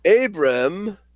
Abram